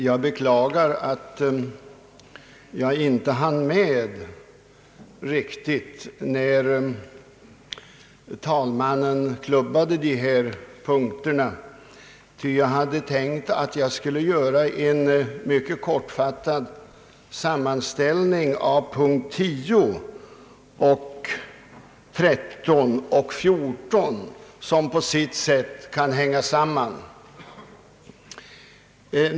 Jag beklagar att jag inte hann med riktigt när talmannen klubbade de föregående punkterna i detta utlåtande, ty jag hade tänkt att göra en kortfattad sammanställning av punkterna 10, 13 och 14, som på sitt sätt kan sägas hänga samman.